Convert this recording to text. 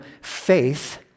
faith